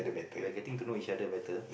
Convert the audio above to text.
we are getting to know each other better